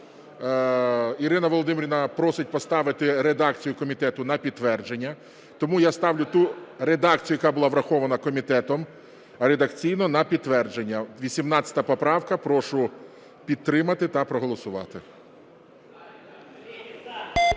Ірина Володимирівна просить поставити редакцію комітету на підтвердження. Тому я ставлю ту редакцію, яка була врахована комітетом редакційно, на підтвердження. 18 поправка. Прошу підтримати та проголосувати.